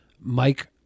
Mike